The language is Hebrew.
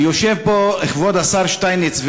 ויושב פה כבוד השר שטייניץ,